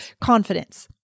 confidence